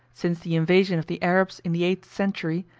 since the invasion of the arabs in the eighth century,